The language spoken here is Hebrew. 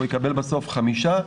הוא יקבל בסוף חמישה,